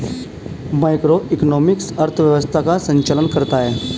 macroeconomics अर्थव्यवस्था का संचालन करता है